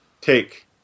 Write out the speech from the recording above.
take